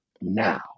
now